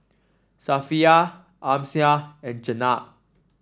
Safiya Amsyar and Jenab